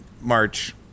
March